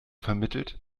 vermittelt